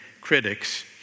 critics